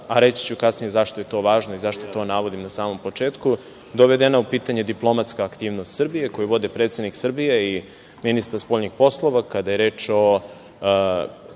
a reću ću kasnije zašto je to važno i zašto to navodim na samom početku, dovedena u pitanje diplomatska aktivnost Srbije, koju vode predsednik Srbije i ministar spoljnih poslova, kada je reč o